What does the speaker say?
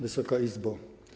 Wysoka Izbo!